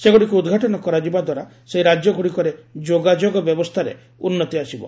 ସେଗୁଡ଼ିକୁ ଉଦ୍ଘାଟନ କରାଯିବା ଦ୍ୱାରା ସେହି ରାଜ୍ୟଗୁଡ଼ିକରେ ଯୋଗାଯୋଗ ବ୍ୟବସ୍ଥାରେ ଉନ୍ନତି ଆସିବ